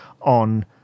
on